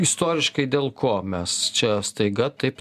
istoriškai dėl ko mes čia staiga taip